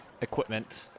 equipment